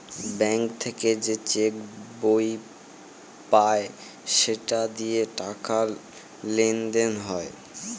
bank থেকে যে cheque বই পায় সেটা দিয়ে টাকা লেনদেন হয়